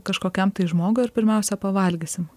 kažkokiam tai žmogui ar pirmiausia pavalgysim